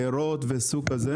בארות וכדומה?